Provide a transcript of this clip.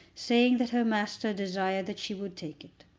saying that her master desired that she would take it.